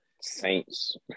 Saints